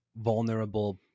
vulnerable